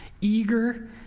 eager